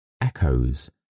echoes